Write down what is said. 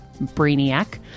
brainiac